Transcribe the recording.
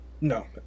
No